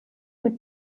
mit